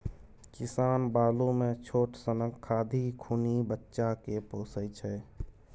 किसान बालु मे छोट सनक खाधि खुनि बच्चा केँ पोसय छै